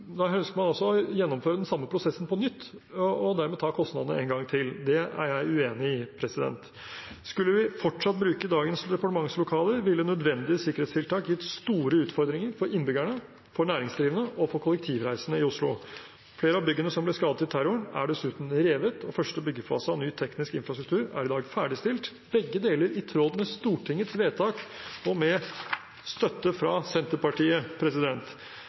Man ønsker altså å gjennomføre den samme prosessen på nytt og dermed ta kostnadene en gang til. Det er jeg uenig i. Skulle vi fortsatt bruke dagens departementslokaler, ville nødvendige sikkerhetstiltak gitt store utfordringer for innbyggerne, for næringsdrivende og for kollektivreisende i Oslo. Flere av byggene som ble skadet i terroren, er dessuten revet, og første byggefase av ny teknisk infrastruktur er i dag ferdigstilt – begge deler i tråd med Stortingets vedtak og med støtte fra Senterpartiet.